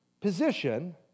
position